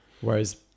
Whereas